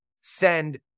send